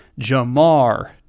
Jamar